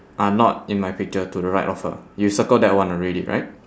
are not in my picture to the right of her you circled that one already right